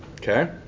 Okay